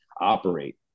operate